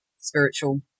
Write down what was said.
spiritual